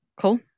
Cool